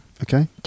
Okay